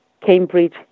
Cambridge